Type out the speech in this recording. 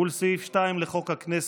ולסעיף 2 לחוק הכנסת,